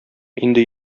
инде